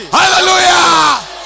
hallelujah